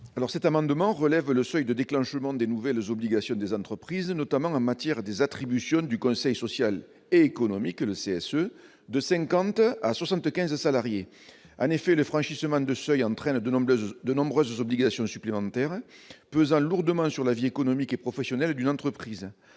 Alors cet amendement relève le seuil de déclenchement des nouvelles obligations des entreprises, notamment en matière des attributions du Conseil social, économique, le CSE de 50 à 75 salariés en effet les franchissements de seuil entraîne de nombreuses, de nombreuses obligations supplémentaires pesant lourdement sur la vie économique et professionnelle de l'entreprise,